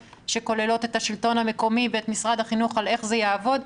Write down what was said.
שכוללות את השלטון המקומי ואת משרד החינוך על איך זה יעבוד.